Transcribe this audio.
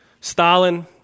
Stalin